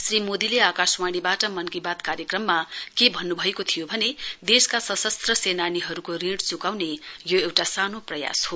श्री मोदीले आकाशवाणीवाट मन की बात कार्यक्रममा को भन्नुभएको थियो भने देशका सशस्त्र सेनानीहरुको ऋण चुकाउने यो एउटा सानो प्रयास हो